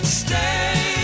stay